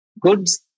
goods